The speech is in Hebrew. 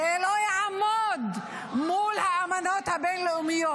זה לא יעמוד מול האמנות הבין-לאומיות.